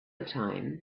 time